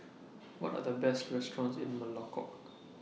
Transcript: What Are The Best restaurants in Melekeok